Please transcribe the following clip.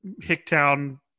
Hicktown